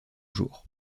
jours